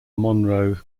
monroe